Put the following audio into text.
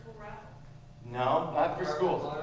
no, not for schools.